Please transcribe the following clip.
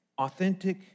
Authentic